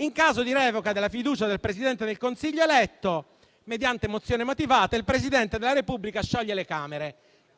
«in caso di revoca della fiducia al Presidente del Consiglio eletto, mediante mozione motivata, il Presidente della Repubblica scioglie le Camere».